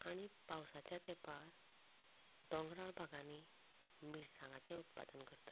आनी पावसाच्या तेंपार डोंगराळ भागांनी मिरसांगांचे उत्पादन करतात